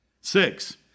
Six